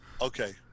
Okay